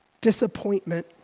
disappointment